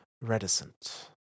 reticent